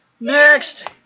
Next